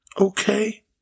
Okay